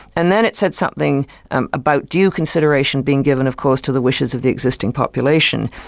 and then it said something about due consideration being given of course to the wishes of the existing population.